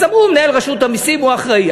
אז אמרו: מנהל רשות המסים, הוא האחראי.